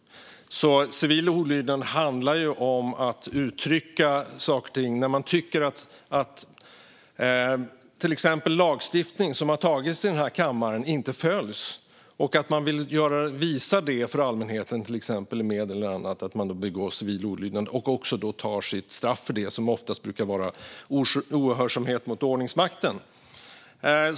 Civil olydnad handlar alltså om att uttrycka saker och ting när man tycker att till exempel lagstiftning som har stiftats i denna kammare inte följs och att man vill visa det för allmänheten genom att begå civil olydnad och då också tar sitt straff för det. Och det brukar handla om ohörsamhet mot ordningsmakten.